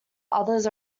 others